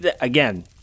again